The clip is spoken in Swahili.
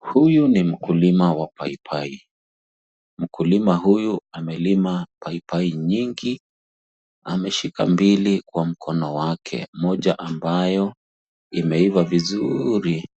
Huyu ni mkulima wa paipai mkulima huyu amelima paipai nyingi ameshika mbili kwa mkono wake moja ambayo imeiva vizuri